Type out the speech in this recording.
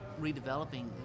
redeveloping